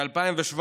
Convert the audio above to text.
ב-2017,